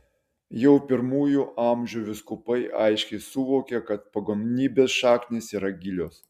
jau pirmųjų amžių vyskupai aiškiai suvokė kad pagonybės šaknys yra gilios